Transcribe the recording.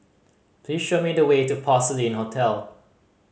please show me the way to Porcelain Hotel